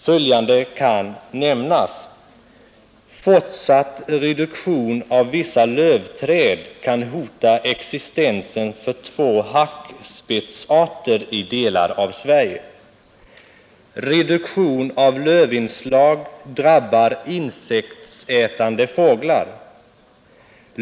Följande kan nämnas: Fortsatt reduktion av vissa lövträd kan hota existensen för två hackspettsarter i delar av Sverige. Reduktion av lövinslag drabbar insektsätande fåglar.